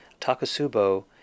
Takasubo